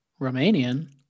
Romanian